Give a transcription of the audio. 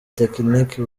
tekiniki